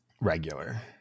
Regular